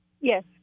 Yes